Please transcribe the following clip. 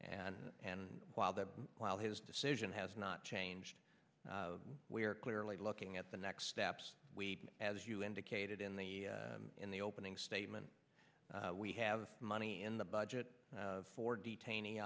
and and while there while his decision has not changed we are clearly looking at the next steps as you indicated in the in the opening statement we have money in the budget for detainee